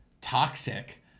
Toxic